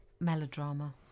melodrama